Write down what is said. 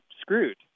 screwed